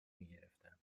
میگرفتن